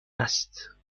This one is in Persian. است